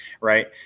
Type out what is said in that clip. right